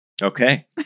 Okay